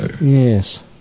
yes